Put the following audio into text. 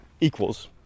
equals